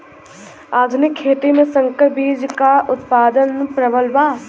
आधुनिक खेती में संकर बीज क उतपादन प्रबल बा